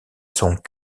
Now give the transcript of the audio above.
sont